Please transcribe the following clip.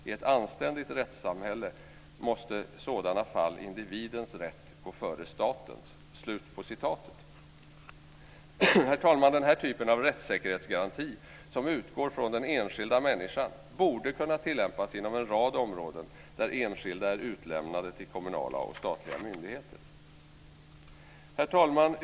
I ett anständigt rättssamhälle måste i sådana fall individens rätt gå före statens." Herr talman! Den här typen av rättssäkerhetsgaranti som utgår från den enskilda människan borde kunna tillämpas inom en rad områden där enskilda är utlämnade till kommunala och statliga myndigheter. Herr talman!